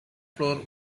floor